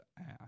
ask